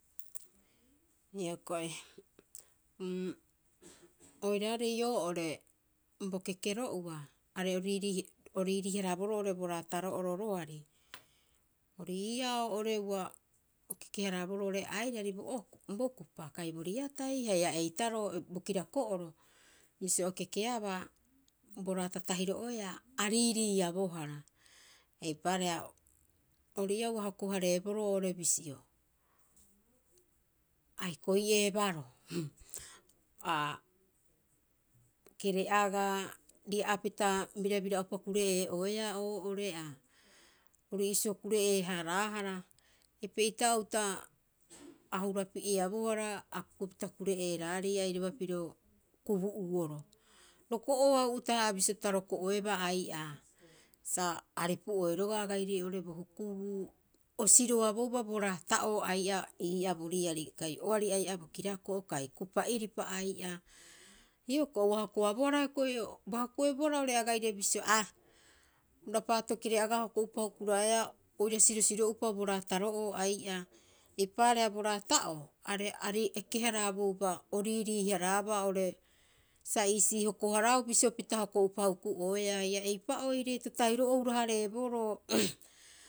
Hioko'i uu, oiraarei oo'ore bo kekero'oa, are o riirii, o riirii- haraaboroo oo'ore bo raataro'oro roari. Ori ii'aa oo'ore ua o keke- haraaboro oo'ore airari bo okuu, bo kupa kai boriatai haia eitaroo bo kirako'oro. Bisio o ekeabaa bo raata tahiro'oeaa, a riiriiabohara. Eipaareha ori ii'aa ua hoko- hareeboroo oo'ore bisio, Ai koi'eebaroo, aa kere'agaa ria'apita birabira'upa kure'ee'oeaa oo'ore a, ori iisio kure'ee- haaraahara epe'uta'oo uta a hura pi'eabohara akuku pita kure'eeraarii airaba pirio kubu'uoro. Ro ko'oau utaha'a bisio pita roko'oebaa ai'aa, sa aripu'oe roga'a aga'ire bo hukubuu. O siroabouba bo raata'oo ai'aa ii'aa bo riari, kai oari ai'aa bo kirako'o, kai kupa'iripa ai'aa. Hioko'i ua hokoabohara hioko'i o, ua hokoebohara oo're aga'ire bisio, a bo rapaato kere'agaa ai hoko'upa hukuraeaa, oira sirosiro'upa bo raataro'oo ai'aa. Eipaareha bo raata'oo, are, arei eke- haraabouba o riirii- haraaba oo'ore sa iisii hoko- haraau bisio pita hoko'upa huku'oea. Haia eipa'oo ei reeto tahiro'oo hura- hareeboroo.